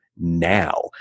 now